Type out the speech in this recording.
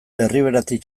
erriberatik